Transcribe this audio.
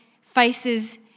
faces